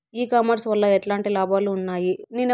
ఈ కామర్స్ వల్ల ఎట్లాంటి లాభాలు ఉన్నాయి?